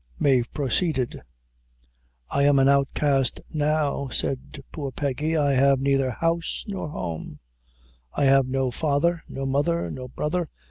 mave proceeded i am an outcast now said poor peggy i have neither house nor home i have no father, no mother, no brother,